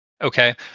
Okay